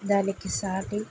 దానికి సాటి